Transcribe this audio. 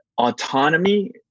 Autonomy